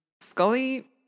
Scully